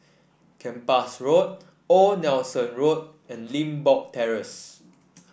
Kempas Road Old Nelson Road and Limbok Terrace